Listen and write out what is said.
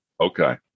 okay